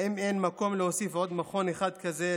האם אין מקום להוסיף לפחות עוד מכון אחד כזה,